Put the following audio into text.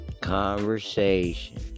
conversation